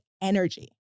energy